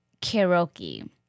karaoke